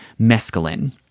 mescaline